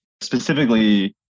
specifically